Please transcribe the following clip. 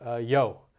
Yo